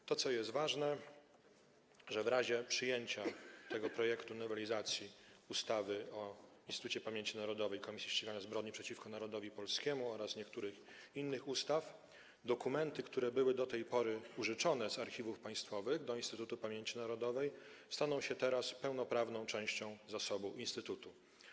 Ważne jest to, że w razie przyjęcia tego projektu nowelizacji ustawy o Instytucie Pamięci Narodowej - Komisji Ścigania Zbrodni przeciwko Narodowi Polskiemu oraz niektórych innych ustaw dokumenty, które były do tej pory użyczone z archiwów państwowych do Instytutu Pamięci Narodowej staną się teraz pełnoprawną częścią zasobu instytutu.